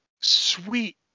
sweet